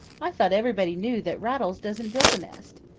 i thought everybody knew that rattles doesn't build a nest.